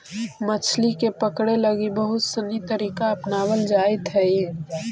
मछली के पकड़े लगी बहुत सनी तरीका अपनावल जाइत हइ